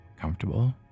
comfortable